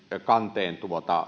kanteen